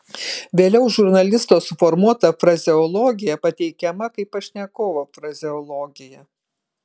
vėliau žurnalisto suformuota frazeologija pateikiama kaip pašnekovo frazeologija